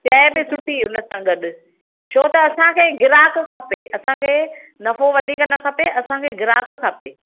शइ बि सुठी हुन सां गॾु छो त असांखे ग्राहकु खपे असांखे नफ़ो वधीक न खपे असांखे ग्राहकु खपे